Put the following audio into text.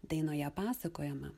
dainoje pasakojama